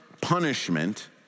punishment